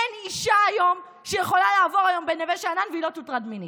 אין אישה שיכולה לעבור היום בנווה שאנן והיא לא תוטרד מינית.